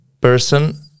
person